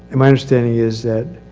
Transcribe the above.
and my understanding is that.